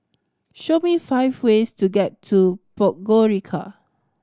show me five ways to get to Podgorica